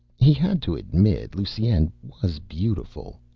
he had to admit lusine was beautiful.